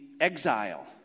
exile